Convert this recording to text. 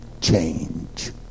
change